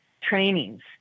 trainings